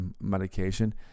medication